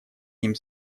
ним